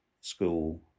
school